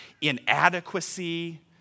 inadequacy